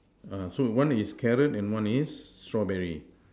ah so one is carrot and one is strawberry